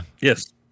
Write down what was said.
Yes